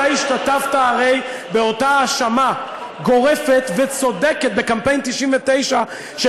אתה השתתפת הרי באותה האשמה גורפת וצודקת בקמפיין 1999 של